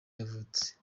yavutse